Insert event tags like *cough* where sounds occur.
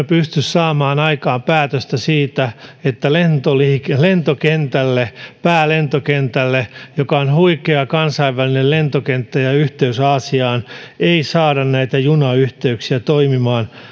*unintelligible* pysty saamaan aikaan päätöstä siitä että lentokentälle päälentokentälle joka on huikea kansainvälinen lentokenttä ja jolla on yhteys aasiaan ei saada näitä junayhteyksiä toimimaan